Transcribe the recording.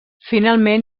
finalment